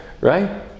right